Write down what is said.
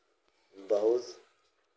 दहुस